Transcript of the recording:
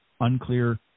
unclear